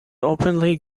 openly